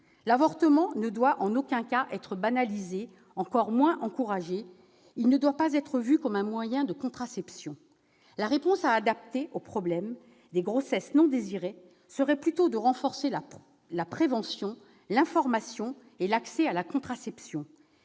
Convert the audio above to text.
L'avortement ne doit en aucun cas être banalisé, encore moins encouragé. Il ne doit pas être vu comme un moyen de contraception. La réponse adaptée au problème des grossesses non désirées serait plutôt de renforcer la prévention, l'information et l'accès à la contraception.